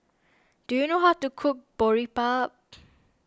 do you know how to cook Boribap